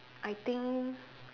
I think